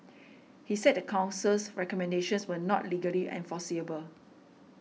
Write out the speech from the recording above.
he said the Council's recommendations were not legally enforceable